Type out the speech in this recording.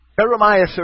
Jeremiah